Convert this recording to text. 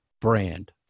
brand